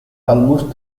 almost